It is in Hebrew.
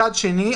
מצד שני,